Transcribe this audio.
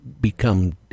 become